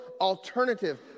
alternative